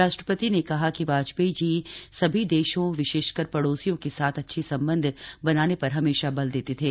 राष्ट्रपति ने कहा कि वाजपेयी जी सभी देशों विशेषकर पडोसियों के साथ अच्छे संबंध बनाने पर हमेशा बल देते थे